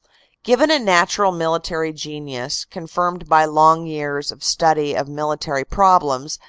given a natural military genius, confirmed by long years of study of military problems,